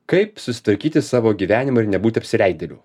kaip susitvarkyti savo gyvenimą ir nebūti apsileidėliu